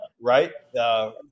right